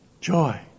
Joy